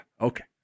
okay